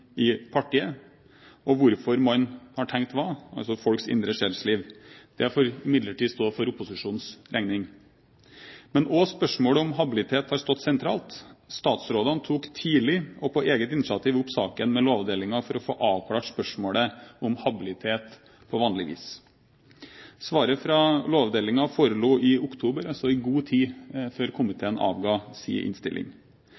i partiet, og hvorfor man har tenkt hva – altså folks indre sjelsliv. Det får imidlertid stå for opposisjonens regning. Men også spørsmål om habilitet har stått sentralt. Statsrådene tok tidlig og på eget initiativ opp saken med Lovavdelingen for å få avklart spørsmålet om habilitet på vanlig vis. Svaret fra Lovavdelingen forelå i oktober, altså i god tid før